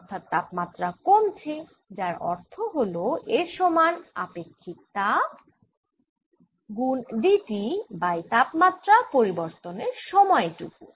অর্থাৎ তাপমাত্রা কমছে যার অর্থ হল এর সমান আপেক্ষিক তাপ গুণ d T বাই তাপমাত্রা পরিবর্তনের সময় টুকু